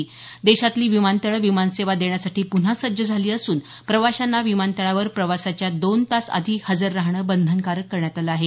दरम्यान देशातली विमानतळं विमानसेवा देण्यासाठी पुन्हा सज्ज झाली असून प्रवाशांना विमनतळावर प्रवासाच्या दोन तास आधी हजर राहणं बंधनकारक करण्यात आलं आहे